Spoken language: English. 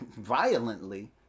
violently